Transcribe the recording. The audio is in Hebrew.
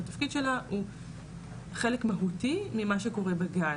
התפקיד שלה הוא חלק מהותי ממה שקורה בגן